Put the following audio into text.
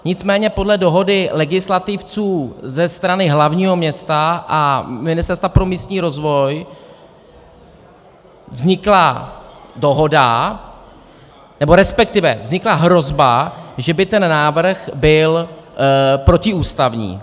Nicméně podle dohody legislativců ze strany hlavního města a Ministerstva pro místní rozvoj vznikla dohoda, nebo respektive vznikla hrozba, že by ten návrh byl protiústavní.